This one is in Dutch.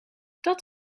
dat